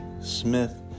smith